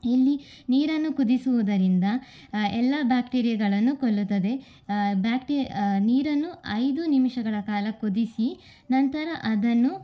ಇಲ್ಲಿ ನೀರನ್ನು ಕುದಿಸುವುದರಿಂದ ಎಲ್ಲಾ ಬ್ಯಾಕ್ಟೀರಿಯಾಗಳನ್ನು ಕೊಲ್ಲುತ್ತದೆ ಬ್ಯಾಕ್ಟಿ ನೀರನ್ನು ಐದು ನಿಮಿಷಗಳ ಕಾಲ ಕುದಿಸಿ ನಂತರ ಅದನ್ನು